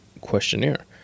questionnaire